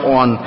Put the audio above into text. on